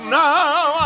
now